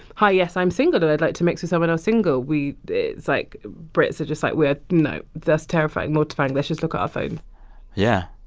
hi, yes, i'm single, though i'd like to mix with someone else single, we it's like brits are just like, we're no. that's terrifying, mortifying. let's just look at our phone yeah.